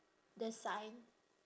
the sign